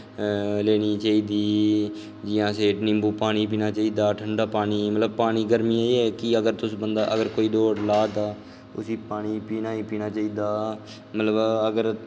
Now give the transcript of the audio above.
लैनी चाहिदी जि'यां असें निम्बू पानी पीना चाहिदा ठंडा पानी मतबव गर्मियैं च एह् ऐ कि तुस बंदा अगर कोई दौड़ ला'रदा उस्सी पानी पीना गै पीना चाहिदा मतलब अगर